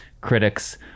critics